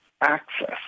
access